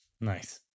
Nice